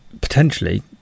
Potentially